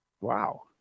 Wow